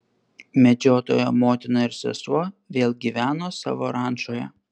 medžiotojo motina ir sesuo vėl gyveno savo rančoje